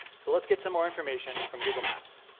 so let's get so more information from google maps.